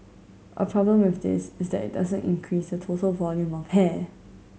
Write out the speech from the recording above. a problem with this is that it doesn't increase the total volume of hair